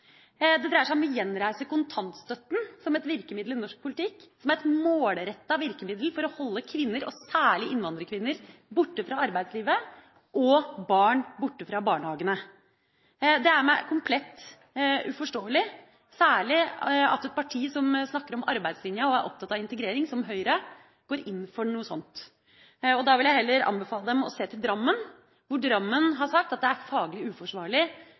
Det dreier seg om å gjenreise kontantstøtta som et virkemiddel i norsk politikk, som er et målretta virkemiddel for å holde kvinner – og særlig innvandrerkvinner – borte fra arbeidslivet og barn borte fra barnehagene. Det er meg komplett uforståelig, særlig at et parti som Høyre, som snakker om arbeidslinja og er opptatt av integrering, går inn for noe sånt. Da vil jeg heller anbefale dem å se til Drammen, hvor man har sagt at det er faglig uforsvarlig